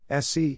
SC